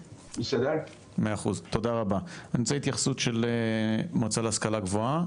אני רוצה התייחסות של המועצה להשכלה גבוהה,